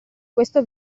questo